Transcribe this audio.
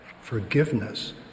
Forgiveness